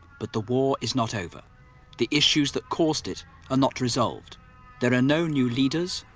but the war is not over the issues that caused it are not resolved there are no new leaders.